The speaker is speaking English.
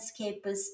landscapers